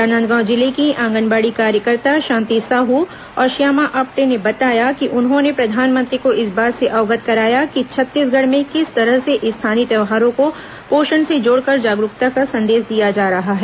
राजनादगांव जिले की आंगनबाड़ी कार्यकर्ता शांति साहू और श्यामा आप्टे ने बताया कि उन्होंने प्रधानमंत्री को इस बात से अवगत कराया कि छत्तीसगढ़ में किस तरह से स्थानीय त्यौहारों को पोषण से जोड़कर जागरूकता का संदेश दिया जा रहा है